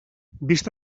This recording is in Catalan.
vist